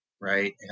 right